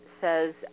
says